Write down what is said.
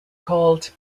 called